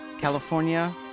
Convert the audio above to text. California